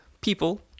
people